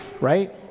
right